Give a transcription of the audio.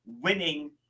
winning